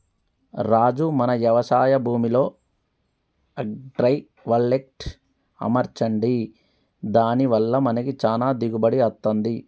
రాజు మన యవశాయ భూమిలో అగ్రైవల్టెక్ అమర్చండి దాని వల్ల మనకి చానా దిగుబడి అత్తంది